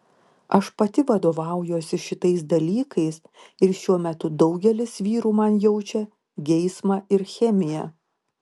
aš pati vadovaujuosi šitais dalykais ir šiuo metu daugelis vyrų man jaučia geismą ir chemiją